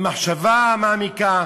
במחשבה מעמיקה.